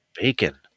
Bacon